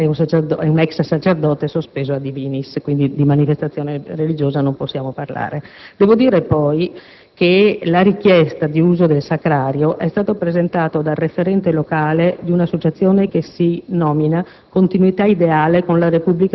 che l'ha guidata è un ex-sacerdote sospeso *a divinis*, quindi di manifestazione religiosa non possiamo parlare. Devo dire, poi, che la richiesta di uso del Sacrario è stata presentata dal referente locale di un'associazione che si nomina